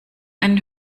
einen